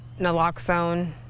naloxone